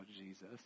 Jesus